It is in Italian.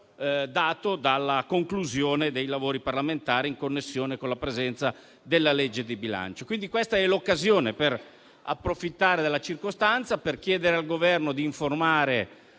dato dalla concomitanza dei lavori parlamentari connessi all'esame della legge di bilancio. Questa è quindi l'occasione per approfittare della circostanza e chiedere al Governo di informare